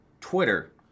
Twitter